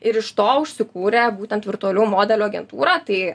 ir iš to užsikūrė būtent virtualių modelių agentūra tai